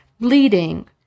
bleeding